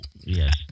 Yes